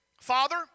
Father